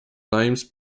names